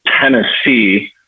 Tennessee